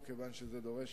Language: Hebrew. תן לעניין